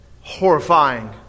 horrifying